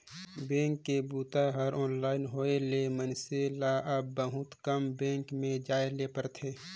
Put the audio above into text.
bank के बूता हर ऑनलाइन होए ले मइनसे ल अब बहुत कम बेंक में जाए ले परथे